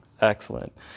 Excellent